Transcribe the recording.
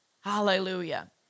Hallelujah